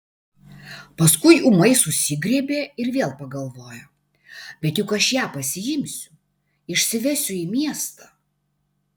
paskui ūmai susigriebė ir vėl pagalvojo bet juk aš ją pasiimsiu išsivesiu į miestą